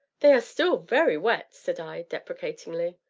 they are still very wet! said i deprecatingly.